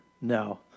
No